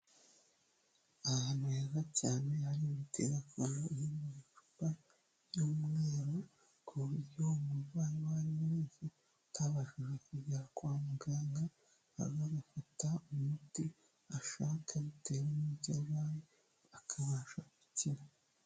Ahantu heza cyane hari imitera ko iri mu bicupa by'umweru, ku buryo umurwayi uwo ariwe wese, utabashije kugera kwa muganga, aza agafata umuti ashaka bitewe n'icyo arwaye, akabasha gukira.